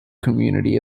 community